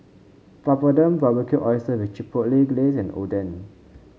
Papadum Barbecue Oyster with Chipotle Glaze and Oden